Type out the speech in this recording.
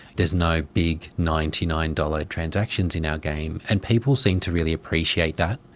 there is no big ninety nine dollars transactions in our game and people seem to really appreciate that.